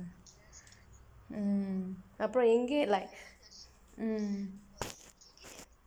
அப்புறம் எங்கே:appuram engkee like